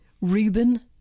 Reuben